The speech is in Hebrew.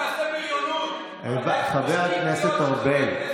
חבר הכנסת ארבל.